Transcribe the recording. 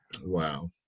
Wow